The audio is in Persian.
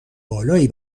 بالایی